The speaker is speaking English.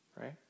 right